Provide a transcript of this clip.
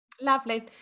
Lovely